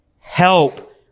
Help